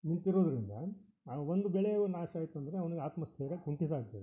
ನಿಂತಿರೋದರಿಂದ ಆ ಒಂದು ಬೆಳೆಯು ನಾಶ ಆಯಿತು ಅಂದರೆ ಅವನಿಗ್ ಆತ್ಮಸ್ಥೈರ್ಯ ಕುಂಠಿತ ಆಗ್ತದೆ